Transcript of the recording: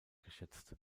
geschätzt